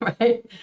Right